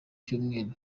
cyumweru